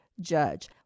judge